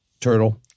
turtle